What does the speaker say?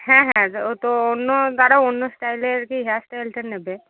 হ্যাঁ হ্যাঁ ও তো অন্য তারা অন্য স্টাইলের কি হেয়ার স্টাইলটা নেবে